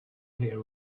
here